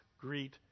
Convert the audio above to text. greet